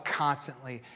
constantly